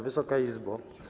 Wysoka Izbo!